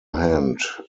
hand